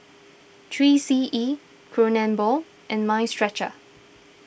three C E Kronenbourg and Mind Stretcher